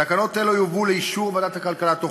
תקנות אלה יובאו לאישור ועדת הכלכלה בתוך